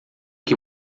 que